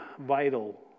vital